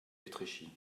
étréchy